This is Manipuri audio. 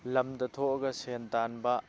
ꯂꯝꯗ ꯊꯣꯛꯑꯒ ꯁꯦꯟ ꯇꯥꯟꯕ